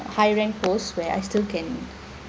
high rank post where I still can